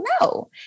no